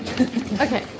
okay